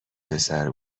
پسر